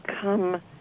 come